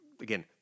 again